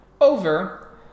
over